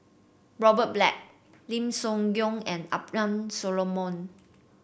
Robert Black Lim Soo Ngee and Abraham Solomon